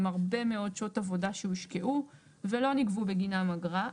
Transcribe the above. עם הרבה מאוד שעות עבודה שהושקעו לא נגבו בגינן אגרה.